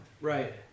Right